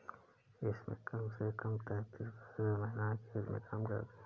इसमें कम से कम तैंतीस प्रतिशत महिलाएं खेत में काम करती हैं